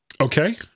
Okay